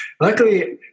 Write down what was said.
Luckily